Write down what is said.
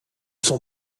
son